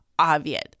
obvious